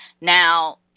Now